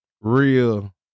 real